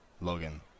Logan